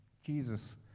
Jesus